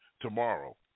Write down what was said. tomorrow